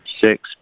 six